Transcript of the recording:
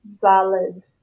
valid